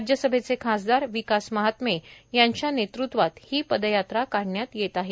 राज्यसभेचे खासदार विकास महात्मे यांच्या नेतृत्वात हि पदयात्रा काढण्यात येत आहे